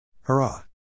Hurrah